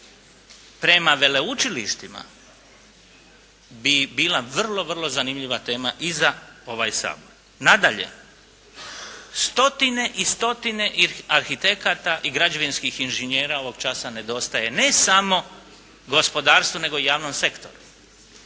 prema veleučilištima bi bila vrlo, vrlo zanimljiva tema i za ovaj Sabor. Nadalje, stotine i stotine arhitekata i građevinskih inženjera ovog časa nedostaje ne samo gospodarstvu, nego i javnom sektoru.